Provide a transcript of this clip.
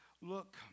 look